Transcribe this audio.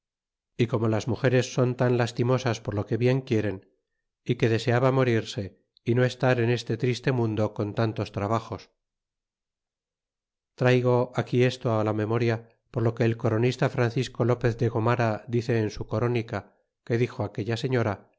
y como las mugeres son tan lastimosas por lo que bien quieren y que deseaba morirse y no estar en este triste mundo con tantos trabajos traigo aquí esto la memoria por lo que el coronista francisco lopez de goniara dice en su corúnira que dixo aquella señora